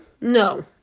no